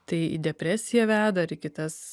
tai į depresiją veda ir į kitas